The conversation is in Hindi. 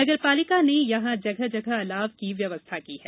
नगरपालिका ने यहां जगह जगह अलाव की व्यवस्था की है